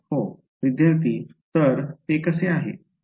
हो विद्यार्थी तर ते कसे आहे